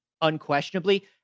unquestionably